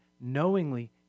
knowingly